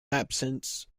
absence